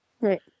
Right